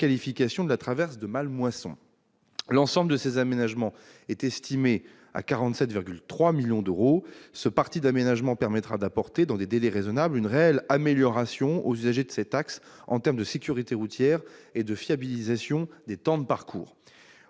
de la traverse de Mallemoisson. L'ensemble de ces aménagements est estimé à 47,3 millions d'euros. Ce parti d'aménagement permettra d'apporter, dans des délais raisonnables, une réelle amélioration aux usagers de cet axe en termes de sécurité routière et de fiabilisation des temps de parcours.